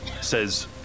says